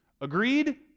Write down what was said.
Agreed